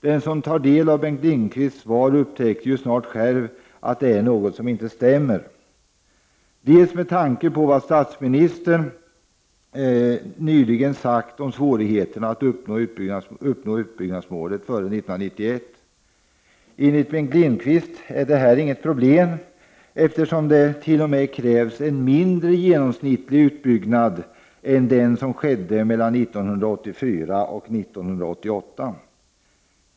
Den som tar del av Bengt Lindqvists svar upptäcker ju snart själv att det är något som inte stämmer, bl.a. med tanke på vad statsministern nyligen sagt om svårigheterna att uppnå utbyggnadsmålet före år 1991. Enligt Bengt Lindqvist är detta inte något problem, eftersom det t.o.m. krävs en mindre genomsnittlig utbyggnad än den som skedde mellan 1984 och 1988.